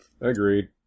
Agreed